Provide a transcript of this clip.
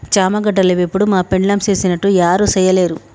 చామగడ్డల వేపుడు మా పెండ్లాం సేసినట్లు యారు సెయ్యలేరు